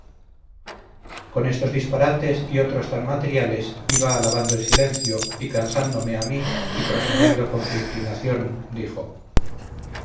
con estos disparates y otros tan materiales iba alabando el silencio y cansándome a mí y prosiguiendo con su inclinación dijo